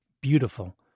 beautiful